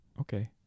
Okay